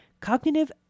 Cognitive